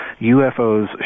UFOs